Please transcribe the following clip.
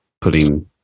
putting